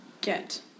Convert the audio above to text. get